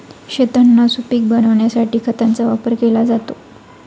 शेतांना सुपीक बनविण्यासाठी खतांचा वापर केला जातो